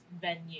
venue